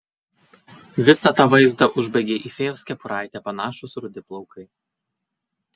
visą tą vaizdą užbaigė į fėjos kepuraitę panašūs rudi plaukai